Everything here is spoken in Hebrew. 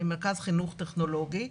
מרכז חינוך טכנולוגי,